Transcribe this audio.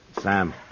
Sam